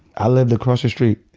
i lived across the street.